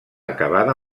acabada